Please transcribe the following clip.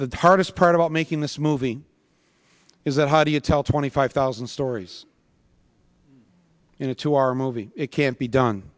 the tartus part about making this movie is that how do you tell twenty five thousand stories in a two hour movie it can't be done